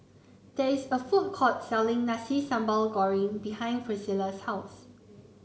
there is a food courts selling Nasi Sambal Goreng behind Pricilla's house